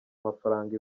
amafaranga